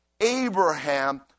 Abraham